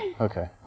okay